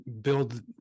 build